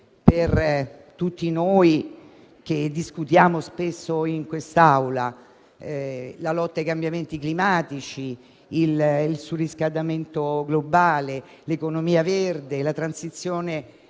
per tutti noi che discutiamo spesso in quest'Aula, la lotta ai cambiamenti climatici, il surriscaldamento globale, l'economia verde, la transizione energetica